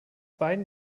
beiden